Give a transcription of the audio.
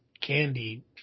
candy